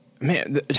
Man